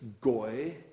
goy